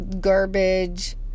garbage